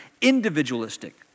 individualistic